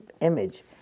image